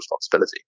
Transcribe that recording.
responsibility